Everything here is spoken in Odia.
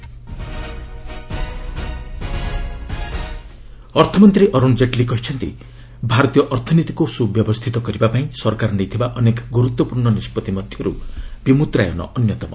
ଡିମନିଟାଇଜେସନ୍ ଜେଟ୍ଲୀ ଅର୍ଥମନ୍ତ୍ରୀ ଅରୁଣ୍ ଜେଟ୍ଲୀ କହିଛନ୍ତି ଭାରତୀୟ ଅର୍ଥନୀତିକୁ ସୁବ୍ୟବସ୍ଥିତ କରିବାପାଇଁ ସରକାର ନେଇଥିବା ଅନେକ ଗୁରୁତ୍ୱପୂର୍ଣ୍ଣ ନିଷ୍ପଭି ମଧ୍ୟରୁ ବିମ୍ବଦ୍ରାୟନ ଅନ୍ୟତମ